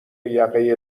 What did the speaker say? یقه